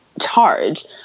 charge